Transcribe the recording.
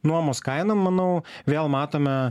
nuomos kainom manau vėl matome